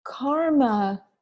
karma